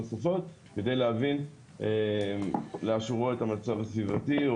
חוות דעת נוספות כדי להבין לאשורו את המצב הסביבתי,